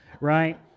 right